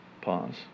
Pause